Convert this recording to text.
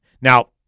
Now-